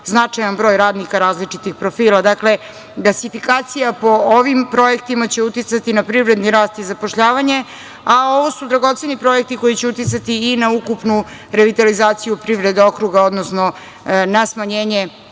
značajan broj radnika različitih profila. Dakle, gasifikacija po ovim projektima će uticati na privredni rast i zapošljavanje, a ovo su dragoceni projekti koji će uticati i na ukupnu revitalizaciju privrede, okruga, odnosno na smanjenje